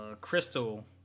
crystal